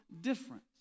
different